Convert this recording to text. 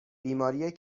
بیماری